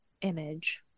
image